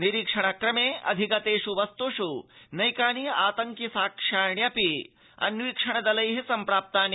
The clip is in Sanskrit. निरीक्षण क्रमे अधिगतेष् वस्तुष् नैकानि आंतकि साक्ष्याण्यपि अन्वीक्षण दलैः सम्प्राप्तानि